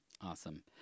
Awesome